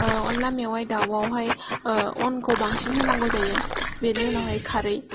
अनला मेवाय दाउआवहाय अनखौ बांसिन होनांगौ जायो बेनि उनावहाय खारै